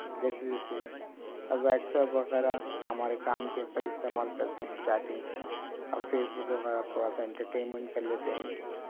جیسے جیسے اب واٹساپ وغیرہ ہمارے کام کے حد تک استعمال کرتے ہیں چیٹنگ اب فیس بک وغیرہ تھوڑا سا انٹرٹینمینٹ کر لیتے ہیں